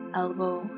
elbow